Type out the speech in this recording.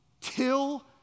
Till